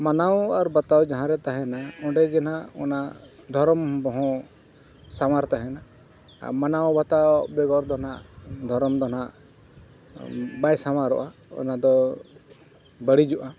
ᱢᱟᱱᱟᱣ ᱟᱨ ᱵᱟᱛᱟᱣ ᱡᱟᱦᱟᱸ ᱨᱮ ᱛᱟᱦᱮᱱᱟ ᱚᱸᱰᱮ ᱜᱮ ᱱᱟᱦᱟᱜ ᱚᱱᱟ ᱫᱷᱚᱨᱚᱢ ᱦᱚᱸ ᱥᱟᱶᱟᱨ ᱛᱟᱦᱮᱱᱟ ᱟᱨ ᱢᱟᱱᱟᱣᱼᱵᱟᱛᱟᱣ ᱵᱮᱜᱚᱨ ᱫᱚ ᱱᱟᱦᱟᱜ ᱫᱷᱚᱨᱚᱢ ᱫᱚ ᱱᱟᱦᱟᱜ ᱵᱟᱭ ᱥᱟᱶᱟᱨᱚᱜᱼᱟ ᱚᱱᱟᱫᱚ ᱵᱟᱹᱲᱤᱡᱚᱜᱼᱟ